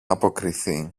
αποκριθεί